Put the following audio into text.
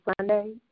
Sunday